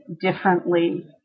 differently